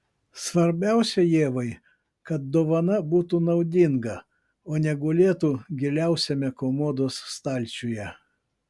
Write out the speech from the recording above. svarbiausia ievai kad dovana būtų naudinga o ne gulėtų giliausiame komodos stalčiuje